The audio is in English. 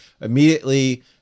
immediately